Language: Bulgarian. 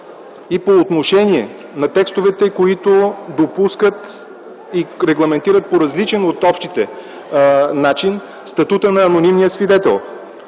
и по отношение на текстовете, които допускат и регламентират по различен от общите начин статута на анонимния свидетел.